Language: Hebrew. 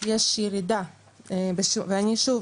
יש ירידה ואני שוב,